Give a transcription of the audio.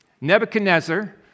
Nebuchadnezzar